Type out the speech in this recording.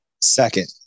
Second